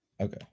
Okay